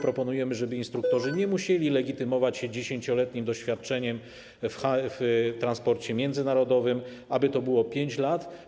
Proponujemy, żeby instruktorzy nie musieli legitymować się 10-letnim doświadczeniem w transporcie międzynarodowym, ale żeby to było 5 lat.